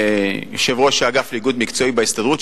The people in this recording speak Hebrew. יושב-ראש האגף לאיגוד מקצועי בהסתדרות,